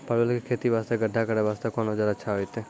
परवल के खेती वास्ते गड्ढा करे वास्ते कोंन औजार अच्छा होइतै?